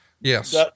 Yes